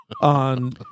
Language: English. on